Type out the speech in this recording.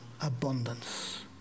abundance